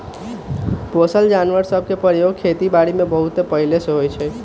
पोसल जानवर सभ के प्रयोग खेति बारीमें बहुते पहिले से होइ छइ